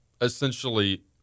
essentially